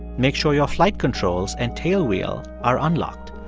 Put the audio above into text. make sure your flight controls and tailwheel are unlocked.